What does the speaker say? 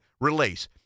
release